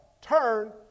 turn